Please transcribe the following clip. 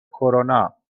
کرونا